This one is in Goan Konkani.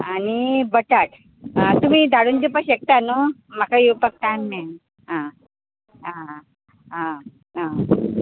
आनी बटाट तुमी धाडून दिवपाक शकतात न्हू म्हाका येवपाक टायम मेळना अं आं आं आं आं